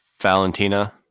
Valentina